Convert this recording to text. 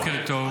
בוקר טוב.